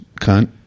Cunt